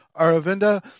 Aravinda